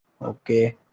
Okay